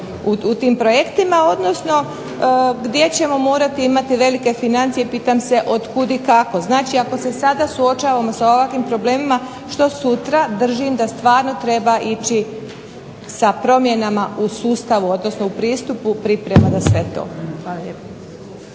u tim projektima, odnosno gdje ćemo morati imati velike financije, pitam se otkud i kako. Znači ako se sada suočavamo sa ovakvim problemima, što sutra? Držim da stvarno treba ići sa promjenama u sustavu odnosno u pristupu priprema za sve to.